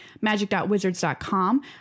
magic.wizards.com